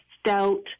stout